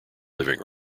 living